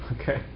Okay